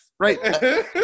Right